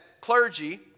clergy